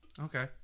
Okay